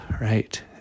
right